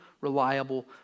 reliable